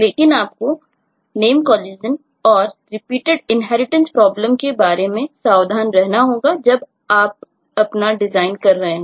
लेकिन आपको नेम कोलिशनके बारे में सावधान रहना होगा जब आप अपना डिज़ाइन कर रहे हों